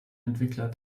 entwickler